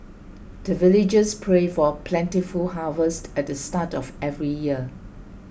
the villagers pray for plentiful harvest at the start of every year